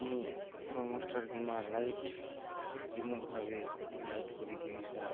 ମୁଁ କିମ୍ବା light remote ଭାବେ ଲାଇଟ୍ ପରି ଜିନିଷ